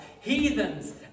heathens